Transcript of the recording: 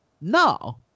No